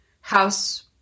house